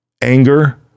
anger